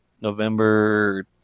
November